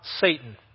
Satan